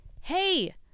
hey